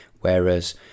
Whereas